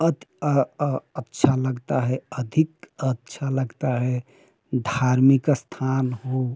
अति अच्छा लगता है अधिक अच्छा लगता है धार्मिक स्थान हो